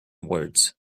words